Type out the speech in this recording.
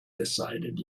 decided